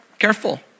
Careful